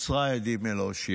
קצרה ידי מלהושיע.